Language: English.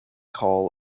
call